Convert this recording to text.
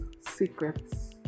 secrets